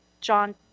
John